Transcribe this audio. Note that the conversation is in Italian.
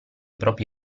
propri